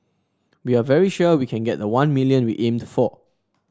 we are very sure we can get the one million we aimed for